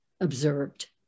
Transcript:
observed